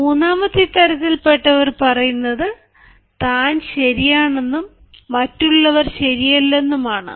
മൂന്നാമത്തെ തരത്തിൽ പെട്ടവർ പറയുന്നത് താൻ ശരിയാണെന്നും മറ്റുള്ളവർ ശരിയല്ലെന്നും ആണ്